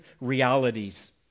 realities